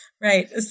Right